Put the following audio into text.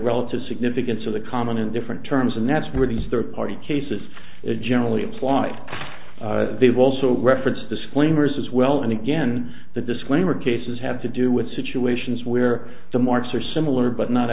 relative significance of the common in different terms and that's where these third party cases is generally applied they've also referenced disclaimers as well and again the disclaimer cases have to do with situations where the marks are similar but not